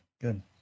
good